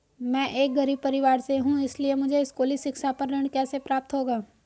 मैं एक गरीब परिवार से हूं इसलिए मुझे स्कूली शिक्षा पर ऋण कैसे प्राप्त होगा?